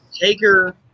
Taker